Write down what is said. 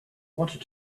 wanted